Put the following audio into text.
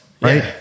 right